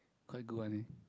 quite good one eh